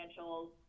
financials